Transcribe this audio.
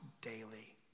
daily